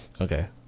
Okay